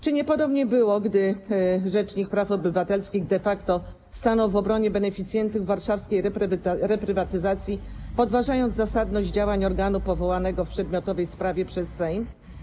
Czy nie było podobnie, gdy rzecznik praw obywatelskich de facto stanął w obronie beneficjentów warszawskiej reprywatyzacji, podważając zasadność działań organu powołanego w przedmiotowej sprawie przez Sejm?